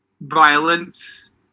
violence